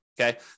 okay